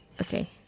okay